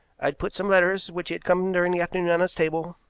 i'd put some letters which had come during the afternoon on his table,